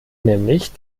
nämlich